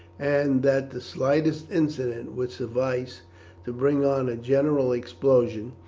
and that the slightest incident would suffice to bring on a general explosion,